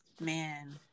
Man